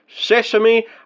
Sesame